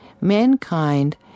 mankind